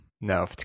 No